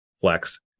Flex